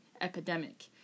epidemic